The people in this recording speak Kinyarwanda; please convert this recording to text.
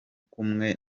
kumwe